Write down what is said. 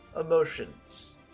emotions